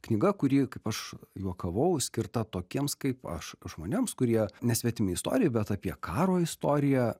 knyga kuri kaip aš juokavau skirta tokiems kaip aš žmonėms kurie nesvetimi istorijai bet apie karo istoriją